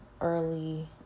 early